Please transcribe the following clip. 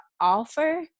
offer